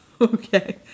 okay